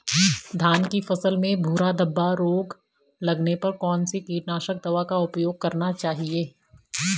धान की फसल में भूरा धब्बा रोग लगने पर कौन सी कीटनाशक दवा का उपयोग करना चाहिए?